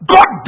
God